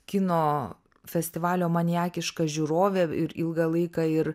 kino festivalio maniakiška žiūrovė ir ilgą laiką ir